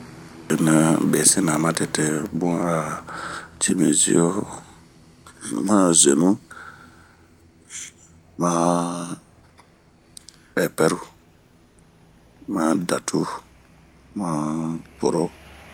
benɛbesina matete a cimizio, ma zenu, maa ɛpɛru ,maa datu ,maa poro.